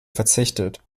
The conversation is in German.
verzichtet